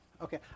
Okay